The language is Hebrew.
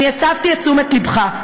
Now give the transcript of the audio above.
אני הסבתי את תשומת לבך.